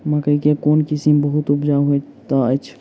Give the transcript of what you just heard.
मकई केँ कोण किसिम बहुत उपजाउ होए तऽ अछि?